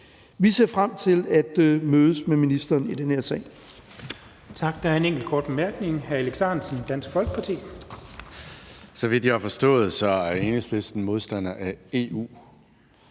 Vi ser frem til at mødes med ministeren i den her sag.